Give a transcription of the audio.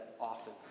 often